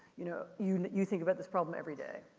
you know you you think about this problem every day.